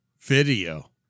video